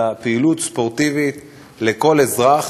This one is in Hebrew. אלא על פעילות ספורטיבית של כל אזרח,